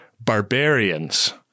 barbarians